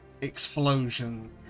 explosion